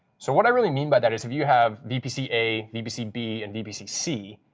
so what i really mean by that is if you have vpc a, vpc b, and vpc c,